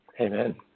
Amen